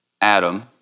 Adam